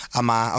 ama